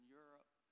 europe